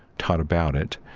taught about it.